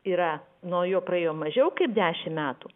yra nuo jo praėjo mažiau kaip dešimt metų